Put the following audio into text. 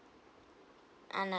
on a